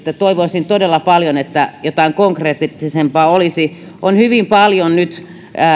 toivoisin todella paljon että jotain konkreettisempaa olisi on hyvin paljon nyt